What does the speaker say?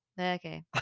Okay